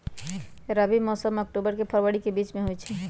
रबी मौसम अक्टूबर से फ़रवरी के बीच में होई छई